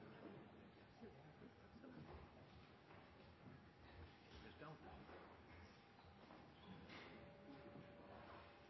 sense